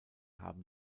haben